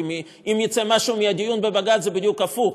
כי אם יצא משהו מהדיון בבג"ץ זה בדיוק הפוך,